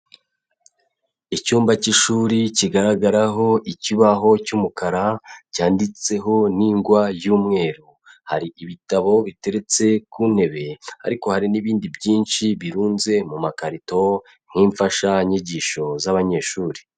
Icyumba cy'ishuri kigaragaraho ikibaho cy'umukara cyanditseho n'ingwa y'umweru, hari ibitabo biteretse ku ntebe, ariko hari n'ibindi byinshi birunze mu makarito nk'imfashanyigisho z'abanyeshuri.